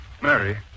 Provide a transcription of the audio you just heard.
Mary